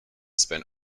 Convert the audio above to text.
spent